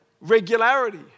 regularity